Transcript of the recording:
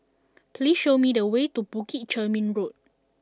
please show me the way to Bukit Chermin Road